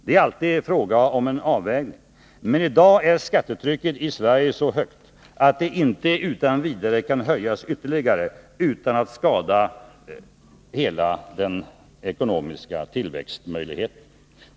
Det är alltid fråga om en avvägning, men i dag är skattetrycket i Sverige så högt att det inte utan vidare kan höjas utan att vara till skada för de ekonomiska tillväxtmöjligheterna.